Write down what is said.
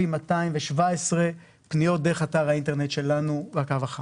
3,217 פניות דרך אתר האינטרנט שלנו והקו החם.